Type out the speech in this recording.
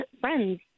friends